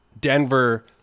Denver